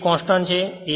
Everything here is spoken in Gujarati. P એક કોંસ્ટંટછે